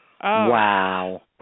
Wow